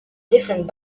different